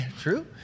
True